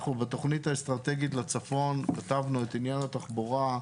אנחנו בתוכנית האסטרטגית לצפון כתבנו את עניין התחבורה.